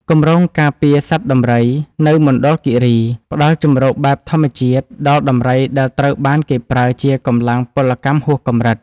គម្រោងការពារសត្វដំរី នៅមណ្ឌលគិរី ផ្ដល់ជម្រកបែបធម្មជាតិដល់ដំរីដែលត្រូវបានគេប្រើជាកម្លាំងពលកម្មហួសកម្រិត។